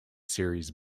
series